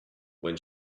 when